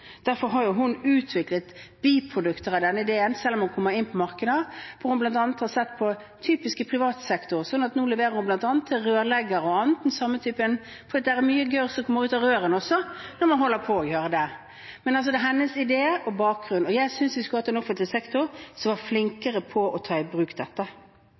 Derfor har hun utviklet biprodukter av denne ideen, selv om hun kommer inn på markeder, hvor hun bl.a. har sett på typiske privatsektorer. Så nå leverer hun bl.a. til rørleggere og andre den samme typen – for det er mye gørr som kommer ut av rørene også når man holder på med det. Det er altså hennes idé og bakgrunn. Jeg synes vi skulle hatt en offentlig sektor som var flinkere til å ta i bruk dette.